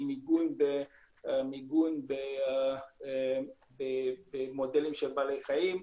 עם מיגון במודלים של בעלי חיים.